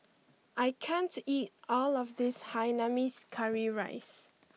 I can't eat all of this Hainanese Curry Rice